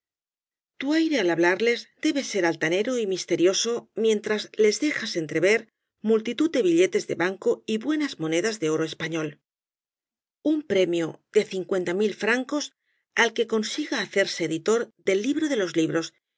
tu aire al hablarles debe ser altanero y misterioso mientras les dejas entrever multitud de billetes de banco y buenas monedas de oro español un premio de cincuenta mil francos al que consiga hacerse editor del libro de los libros